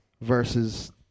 versus